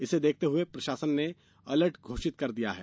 इसे देखते हुए प्रशासन ने अलर्ट घोषित कर दिया है